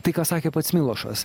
tai ką sakė pats milošas